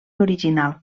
original